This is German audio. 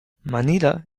manila